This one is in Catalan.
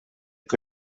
que